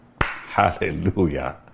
Hallelujah